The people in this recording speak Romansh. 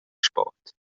sport